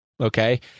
Okay